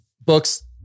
books